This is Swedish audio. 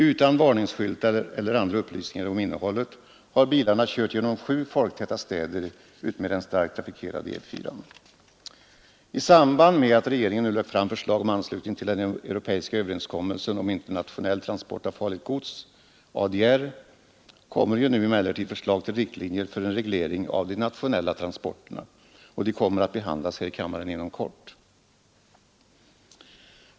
Utan varningsskyltar eller andra upplysningar om innehållet har bilarna kört genom sju folktäta städer utmed den starkt trafikerade E 4. I samband med att regeringen nu lagt fram förslag om anslutning till den europeiska överenskommelsen om internationell transport av farligt gods, ADR, kommer emellertid förslag till riktlinjer för en reglering av de nationella transporterna. Förslagen kommer att behandlas här i kammaren inom kort.